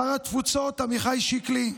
שר התפוצות עמיחי שיקלי,